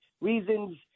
reasons